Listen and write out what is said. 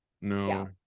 No